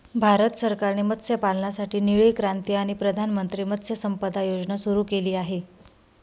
भारत सरकारने मत्स्यपालनासाठी निळी क्रांती आणि प्रधानमंत्री मत्स्य संपदा योजना सुरू केली आहे